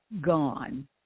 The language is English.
gone